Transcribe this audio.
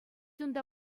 унта